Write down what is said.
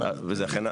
וזה אכן נעשה.